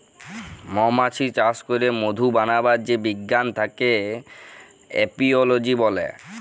মমাছি চাস ক্যরে মধু বানাবার যে বিজ্ঞান থাক্যে এপিওলোজি ব্যলে